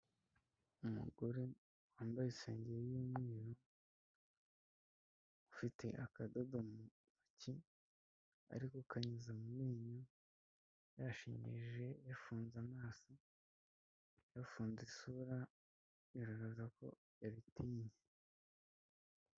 Umugore wambaye isenge y'umweru ufite akadodo mu ntoki arikokanyuza mu menyo, yashinyirije yafunze amaso yafunze isura bigaragaza ko yabitinye.